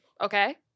okay